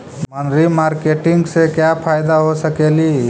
मनरी मारकेटिग से क्या फायदा हो सकेली?